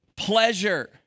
pleasure